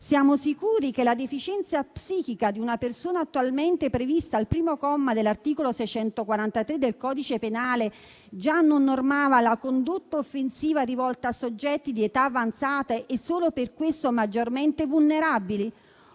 Siamo sicuri che la deficienza psichica di una persona, attualmente prevista dal primo comma dell'articolo 643 del codice penale, non normava già la condotta offensiva rivolta a soggetti di età avanzata e quindi maggiormente vulnerabili?